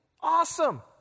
awesome